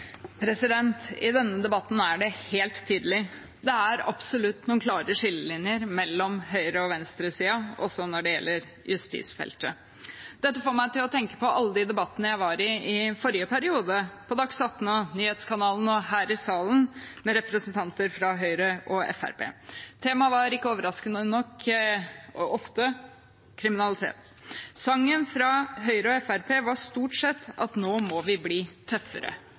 det helt tydelig at det absolutt er noen klare skillelinjer mellom høyresiden og venstresiden også når det gjelder justisfeltet. Dette får meg til å tenke på alle de debattene jeg var i i forrige periode, på Dagsnytt 18, Nyhetskanalen og her i salen, med representanter fra Høyre og Fremskrittspartiet. Temaet var ikke overraskende – og ofte – kriminalitet. Sangen fra Høyre og Fremskrittspartiet var stort sett at nå må vi bli tøffere,